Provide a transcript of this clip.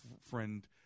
friend